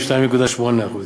ב-2.8%.